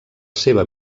seva